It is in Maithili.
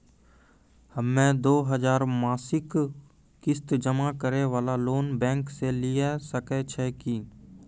हम्मय दो हजार मासिक किस्त जमा करे वाला लोन बैंक से लिये सकय छियै की?